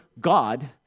God